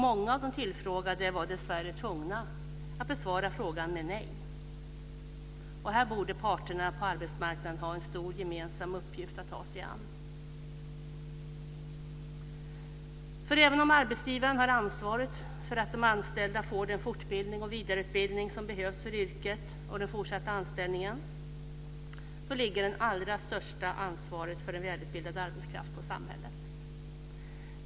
Många av de tillfrågade var dessvärre tvungna att besvara frågan med nej. Här borde parterna på arbetsmarknaden ha en stor gemensam uppgift att ta sig an. Även om arbetsgivaren har ansvaret för att de anställda får den fortbildning och vidareutbildning som behövs för yrket och den fortsatta anställningen så ligger det allra största ansvaret för en välutbildad arbetskraft på samhället.